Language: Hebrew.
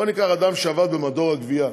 בואו ניקח אדם שעבד במדור הגבייה